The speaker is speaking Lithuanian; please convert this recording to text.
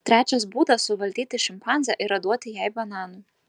trečias būdas suvaldyti šimpanzę yra duoti jai bananų